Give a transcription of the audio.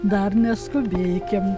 dar neskubėkim